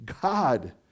God